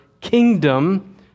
kingdom